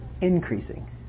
increasing